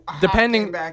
depending